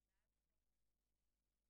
במקור ההצעה הייתה שיהיה פה מכתב